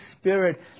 Spirit